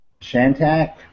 Shantak